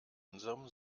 unserem